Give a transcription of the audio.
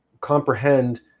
comprehend